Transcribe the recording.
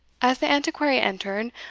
as the antiquary entered,